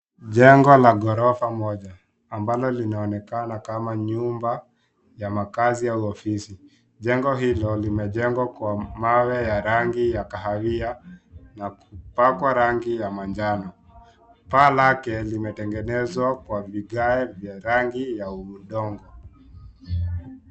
Jengo la ghorofa moja ambalo linaonekana kama nyumba ya makazi au ofisi jengo hilo limejengwa kwa mawe ya rangi ya kahawia na kupakwa rangi ya manjano, paa lake limetengenezwa kwa vigae vya rangi ya udongo.